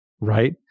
right